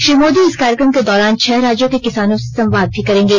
श्री मोदी इस कार्यक्रम के दौरान छह राज्यों के किसानों से संवाद भी करेंगे